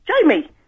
Jamie